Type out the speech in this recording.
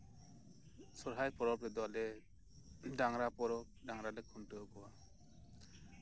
ᱥᱚᱦᱨᱟᱭ ᱯᱚᱨᱚᱵᱽ ᱨᱮᱫᱚ ᱟᱞᱮ ᱰᱟᱝᱨᱟ ᱯᱚᱨᱚᱵᱽ ᱰᱟᱝᱨᱟ ᱞᱮ ᱠᱷᱩᱱᱴᱟᱹᱣ ᱠᱚᱣᱟ